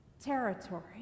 territory